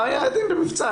מה היעדים במבצע?